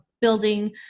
building